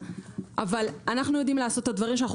אבל אנחנו יודעים לעשות את הדברים שאנחנו